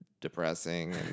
depressing